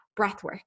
breathwork